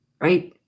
Right